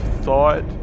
thought